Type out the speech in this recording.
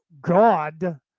God